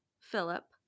Philip